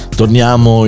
torniamo